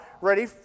ready